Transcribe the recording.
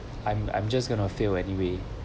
I'm I'm just gonna fail anyway